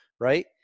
right